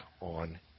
on